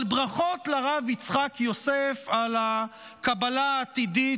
אבל ברכות לרב יצחק יוסף על הקבלה העתידית